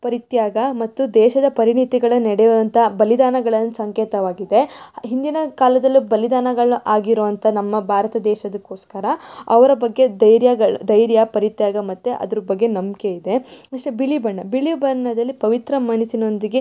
ಪರಿತ್ಯಾಗ ಮತ್ತು ದೇಶದ ಪರಿಣಿತಗಳ ನೆಡೆಯುವಂಥ ಬಲಿದಾನಗಳ ಸಂಕೇತವಾಗಿದೆ ಹಿಂದಿನ ಕಾಲದಲ್ಲೂ ಬಲಿದಾನಗಳು ಆಗಿರುವಂಥ ನಮ್ಮ ಭಾರತ ದೇಶಕ್ಕೋಸ್ಕರ ಅವರ ಬಗ್ಗೆ ಧೈರ್ಯಗಳು ಧೈರ್ಯ ಪರಿತ್ಯಾಗ ಮತ್ತು ಅದ್ರ ಬಗ್ಗೆ ನಂಬಿಕೆ ಇದೆ ನೆಷ್ಟ್ ಬಿಳಿ ಬಣ್ಣ ಬಿಳಿ ಬಣ್ಣದಲ್ಲಿ ಪವಿತ್ರ ಮನಸ್ಸಿನೊಂದಿಗೆ